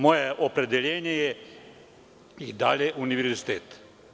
Moje opredeljenje je i dalje univerzitet.